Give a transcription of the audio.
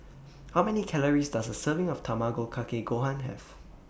How Many Calories Does A Serving of Tamago Kake Gohan Have